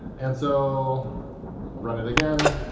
and so run it again.